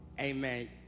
Amen